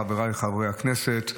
חבריי חברי הכנסת,